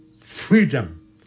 freedom